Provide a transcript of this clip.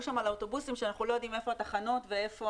שם על האוטובוסים שאנחנו לא יודעים איפה התחנות וכולי.